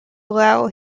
allow